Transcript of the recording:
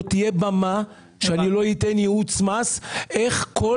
לא תהיה במה שבה אני לא אתן ייעוץ מס על איך כל